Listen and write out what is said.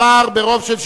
נתקבל.